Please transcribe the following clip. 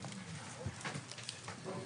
ננעלה בשעה 12:00.